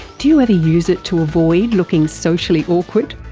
do you ever use it to avoid looking socially awkward?